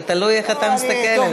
זה תלוי איך אתה מסתכל על זה.